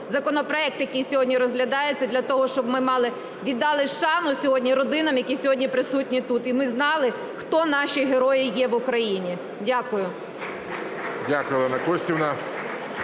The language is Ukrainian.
законопроект, який сьогодні розглядається, для того, щоб ми мали, віддали шану сьогодні родинам, які сьогодні присутні тут, і ми знали, хто наші герої є в Україні. Дякую.